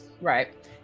Right